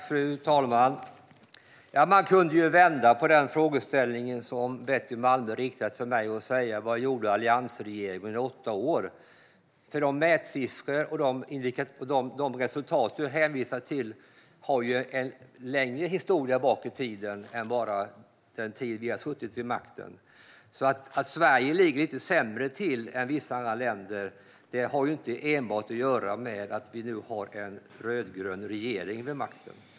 Fru talman! Man kan vända på den frågeställning som Betty Malmberg riktar till mig och fråga: Vad gjorde alliansregeringen under åtta år? De mätsiffror och de resultat som du hänvisar till har en längre historia bak i tiden än bara den tid som vi har suttit vid makten. Att Sverige ligger lite sämre till än vissa andra länder har inte enbart att göra med att vi nu har en rödgrön regering vid makten.